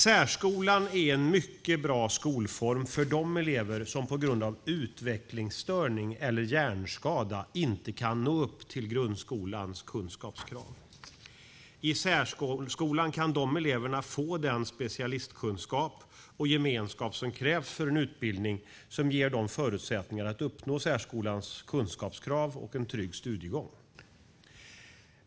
Särskolan är en mycket bra skolform för de elever som på grund av utvecklingsstörning eller hjärnskada inte kan nå upp till grundskolans kunskapskrav. I särskolan kan dessa elever få den specialistkunskap och gemenskap som krävs för en utbildning som ger dem förutsättningar att uppnå särskolans kunskapskrav och en trygg studiegång.